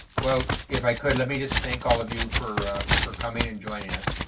well if i could, let me just thank all of you for for coming and joining us.